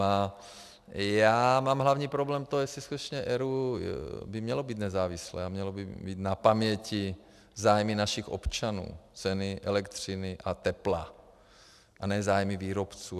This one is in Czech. A já mám hlavní problém v tom, jestli skutečně ERÚ by mělo být nezávislé a mělo by mít na paměti zájmy našich občanů, ceny elektřiny a tepla, a ne zájmy výrobců.